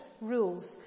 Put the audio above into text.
rules